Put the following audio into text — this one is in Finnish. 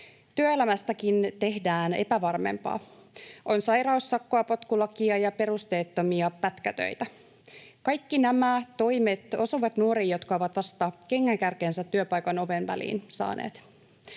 Työelämästäkin tehdään epävarmempaa. On sairaussakkoa, potkulakia ja perusteettomia pätkätöitä. Kaikki nämä toimet osuvat nuoriin, jotka ovat vasta kengänkärkensä työpaikan oven väliin saaneet.